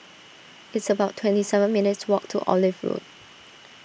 it's about twenty seven minutes' walk to Olive Road